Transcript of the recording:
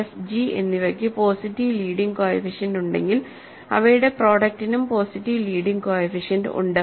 F G എന്നിവയ്ക്ക് positive leading coefficient ഉണ്ടെങ്കിൽ അവയുടെ പ്രൊഡക്ടിനും പോസിറ്റീവ് ലീഡിംഗ് കോഎഫിഷ്യന്റ് ഉണ്ട്